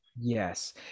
Yes